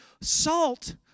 salt